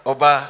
Oba